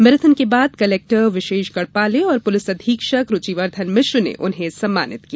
marathon के बाद collector Vishesh Gadpale और पुलिस अधीक्षक रूचिवर्द्वन मिश्र ने उन्हें सम्मानित किया